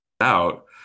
out